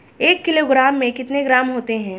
एक किलोग्राम में कितने ग्राम होते हैं?